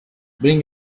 bring